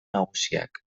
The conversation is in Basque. nagusiak